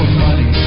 money